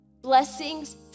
blessings